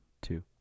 Two